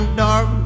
dark